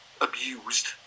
Abused